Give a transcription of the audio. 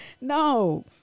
No